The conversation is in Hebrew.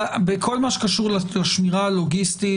בכל מה שקשור לשמירה הלוגיסטית,